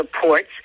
supports